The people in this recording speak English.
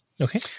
Okay